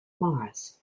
mars